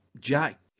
Jack